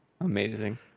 amazing